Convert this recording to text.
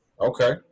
Okay